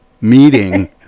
meeting